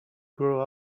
grow